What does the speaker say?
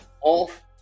off